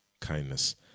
kindness